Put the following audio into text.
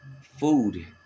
food